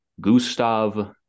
Gustav